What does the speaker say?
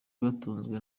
batunzwe